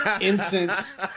incense